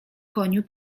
koniu